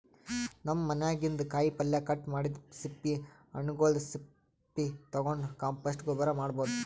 ನಮ್ ಮನ್ಯಾಗಿನ್ದ್ ಕಾಯಿಪಲ್ಯ ಕಟ್ ಮಾಡಿದ್ದ್ ಸಿಪ್ಪಿ ಹಣ್ಣ್ಗೊಲ್ದ್ ಸಪ್ಪಿ ತಗೊಂಡ್ ಕಾಂಪೋಸ್ಟ್ ಗೊಬ್ಬರ್ ಮಾಡ್ಭೌದು